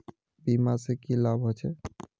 बीमा से की लाभ होचे?